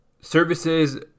services